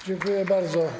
Dziękuję bardzo.